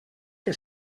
que